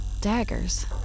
daggers